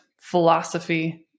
philosophy